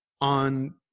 on